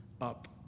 up